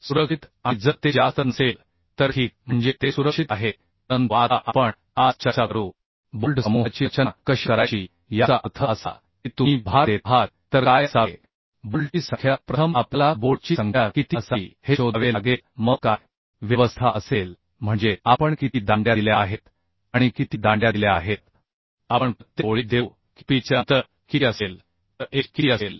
सुरक्षित आणि जर ते जास्त नसेल तर ठीक म्हणजे ते सुरक्षित आहे परंतु आता आपण आज चर्चा करू बोल्ट समूहाची रचना कशी करायची याचा अर्थ असा की तुम्ही भार देत आहात तर काय असावे बोल्टची संख्या प्रथम आपल्याला बोल्टची संख्या किती असावी हे शोधावे लागेल मग काय व्यवस्था असेल म्हणजे आपण किती दांड्या दिल्या आहेत आणि किती दांड्या दिल्या आहेत आपण प्रत्येक ओळीत देऊ की पिच चे अंतर किती असेल तर एज किती असेल